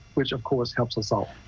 which of course helps us all.